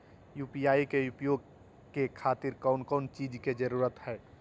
UPI के उपयोग के खातिर कौन कौन चीज के जरूरत है?